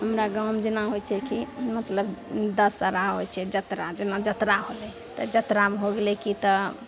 हमरा गाममे जेना होइ छै कि मतलब दशहरा होइ छै जतरा जेना जतरा होलै तऽ जतरामे हो गेलै कि तऽ